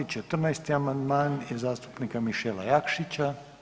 14. amandman je zastupnika Mišela Jakšića.